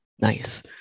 Nice